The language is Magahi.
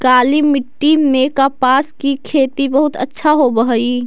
काली मिट्टी में कपास की खेती बहुत अच्छा होवअ हई